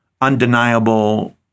undeniable